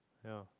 ya